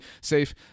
safe